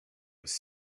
was